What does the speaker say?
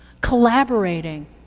collaborating